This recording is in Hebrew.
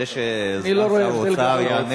זה שסגן שר האוצר יענה בשמו,